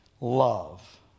love